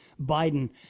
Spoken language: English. Biden